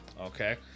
Okay